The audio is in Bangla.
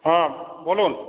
হ্যাঁ বলুন